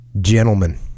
gentlemen